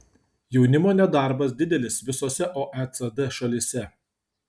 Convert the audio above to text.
jaunimo nedarbas didelis visose oecd šalyse